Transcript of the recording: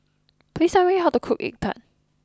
please tell me how to cook egg Tart